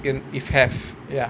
mm if have ya